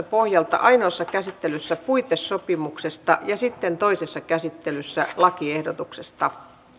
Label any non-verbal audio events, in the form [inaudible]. [unintelligible] pohjalta ainoassa käsittelyssä puitesopimuksesta ja sitten toisessa käsittelyssä lakiehdotuksesta